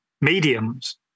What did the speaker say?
mediums